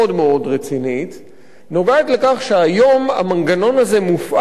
נוגעת לכך שהיום המנגנון הזה מופעל לא רק על אסירים